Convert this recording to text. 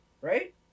right